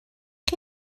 chi